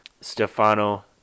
Stefano